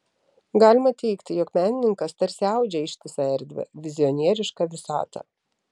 galima teigti jog menininkas tarsi audžia ištisą erdvę vizionierišką visatą